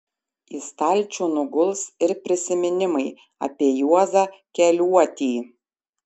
į stalčių nuguls ir prisiminimai apie juozą keliuotį